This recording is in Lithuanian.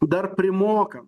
dar primokam